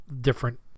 different